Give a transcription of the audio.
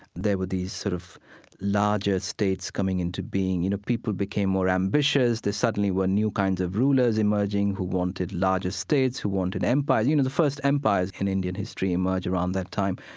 there were these sort of larger estates coming into being. you know, people became more ambitious. there suddenly were new kinds of rulers emerging who wanted large estates, who wanted empires. you know, the first empires in indian history history emerged around that time.